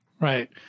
Right